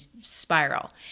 spiral